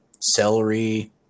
Celery